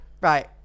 right